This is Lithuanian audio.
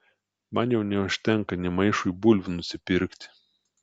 man jau neužtenka nė maišui bulvių nusipirkti